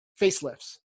facelifts